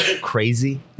Crazy